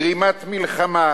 גרימת מלחמה,